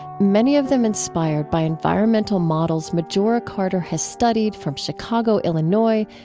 many of them inspired by environmental models majora carter has studied from chicago, illinois,